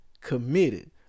committed